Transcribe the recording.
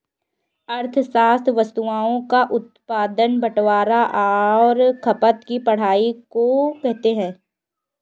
अर्थशास्त्र वस्तुओं का उत्पादन बटवारां और खपत की पढ़ाई को कहते हैं